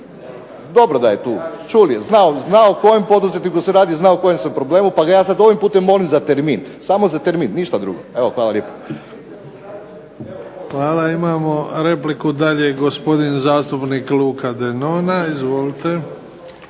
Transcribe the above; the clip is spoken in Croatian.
Dobro da je tu. Čul je, zna o kojem poduzetniku se radi, zna o kojem se problemu, pa ga ja sad ovim putem molim za termin. Samo za termin, ništa drugo. Evo hvala lijepa. **Bebić, Luka (HDZ)** Hvala. Imamo repliku dalje gospodin zastupnik Luka Denona. Izvolite.